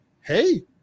Hey